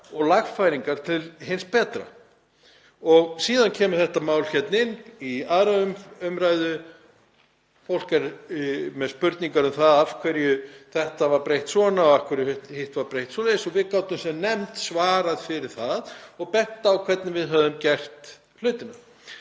og lagfæringar til hins betra. Síðan kemur þetta mál hérna inn í 2. umr. Fólk er með spurningar um það af hverju þessu var breytt svona og af hverju hinu var breytt hinsegin og við gátum sem nefnd svarað fyrir það og bent á hvernig við hefðum gert hlutina.